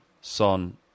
Son